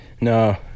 No